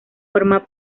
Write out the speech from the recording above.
forma